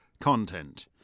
content